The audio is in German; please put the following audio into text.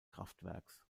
kraftwerks